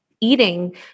eating